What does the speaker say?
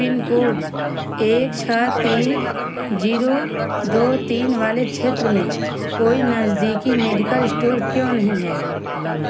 pin code एक छ तीन जीरो दो तीन वाले क्षेत्र में कोई नज़दीकी मेडिकल श्टोर क्यों नहीं है